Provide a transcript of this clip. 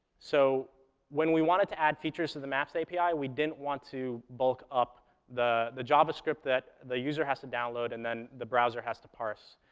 so when we wanted to add features to the maps api, we didn't want to bulk up the the javascript that the user has to download and then the browser has to parse,